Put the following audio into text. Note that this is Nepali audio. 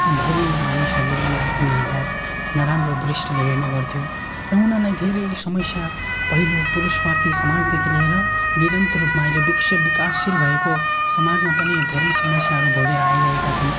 धेरै मानिसहरूले उनलाई उनीहरूलाई नराम्रो दृष्टिले हेर्नेगर्थ्यो र उनीहरूलाई धेरै समस्या पहिलो पुरुषार्थी समाजदेखि लिएर निरन्तर रूपमा अहिले विकसित विकासशील भएको समाजमा पनि धेरै समस्याहरू भोगेर आइरहेका छन्